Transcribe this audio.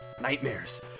nightmares